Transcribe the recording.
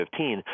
2015